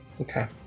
Okay